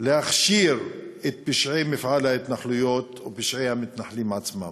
להכשיר את פשעי מפעל ההתנחלויות ופשעי המתנחלים עצמם.